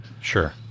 Sure